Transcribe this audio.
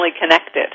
connected